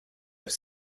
have